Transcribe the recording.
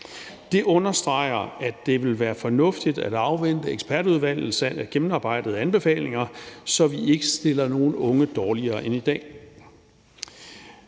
Det understreger, at det vil være fornuftigt at afvente ekspertudvalgets gennemarbejdede anbefalinger, så vi ikke stiller nogen unge dårligere end i dag.